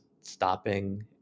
stopping